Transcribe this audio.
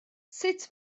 sut